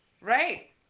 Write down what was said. Right